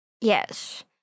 Yes